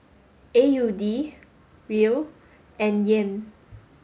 A U D Riel and Yen